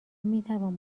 میتوان